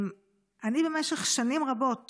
במשך שנים רבות